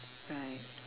right